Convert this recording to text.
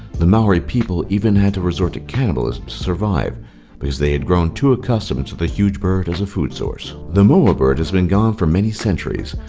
the maori people even had to resort to cannibalism to survive because they had grown too accustomed to the huge bird as a food source. the moa bird has been gone for many centuries,